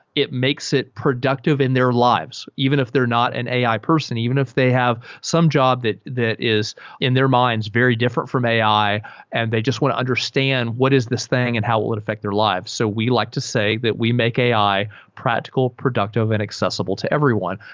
it makes it productive in their lives even if they're not an ai person, even if they have some job that that is in their minds very different from ai and they just would understand what is this thing and how it would affect their lives? so we like to say that we make ai practical, productive and accessible to everyone,